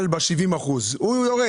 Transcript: ב-70%, הוא ירד.